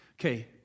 Okay